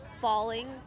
falling